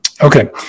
Okay